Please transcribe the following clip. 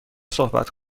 صحبت